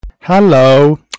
hello